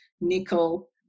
nickel